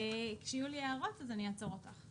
כשיהיו לי הערות אז אני אעצור אותך.